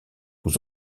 aux